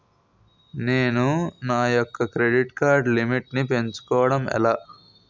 నేను నా యెక్క క్రెడిట్ కార్డ్ లిమిట్ నీ పెంచుకోవడం ఎలా?